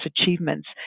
achievements